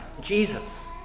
Jesus